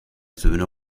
söhne